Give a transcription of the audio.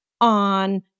on